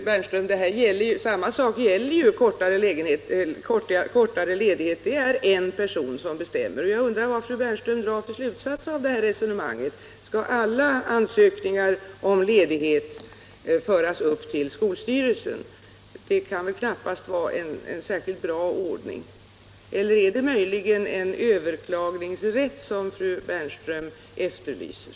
Herr talman! Men, fru Bernström, samma sak gäller ju kortare ledighet. Det är en person som bestämmer. Jag undrar vad fru Bernström drar för slutsatser av detta resonemang. Skall alla ansökningar om ledighet föras upp till skolstyrelsen? Det kan väl knappast vara en särskilt bra ordning. Eller är det möjligen en överklagningsrätt som fru Bernström efterlyser?